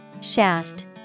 Shaft